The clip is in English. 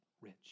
rich